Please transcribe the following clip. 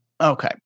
Okay